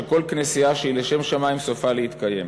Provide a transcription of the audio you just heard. ש"כל כנסייה שהיא לשם שמים סופה להתקיים".